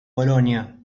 bolonia